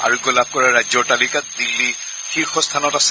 আৰোগ্য লাভ কৰা ৰাজ্যৰ তালিকাত দিল্লী শীৰ্ষস্থানত আছে